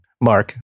Mark